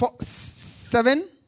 seven